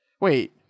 wait